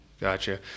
Gotcha